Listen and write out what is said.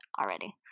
already